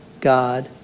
God